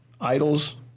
idols